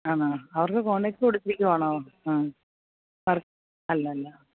ആണോ അവര്ക്ക് കോണ്ട്രാക്റ്റ് കൊടുത്തിരിക്കുവാണോ അവ അല്ല അല്ല